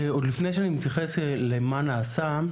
עוד לפני שאני מתייחס למה נעשה,